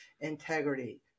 integrity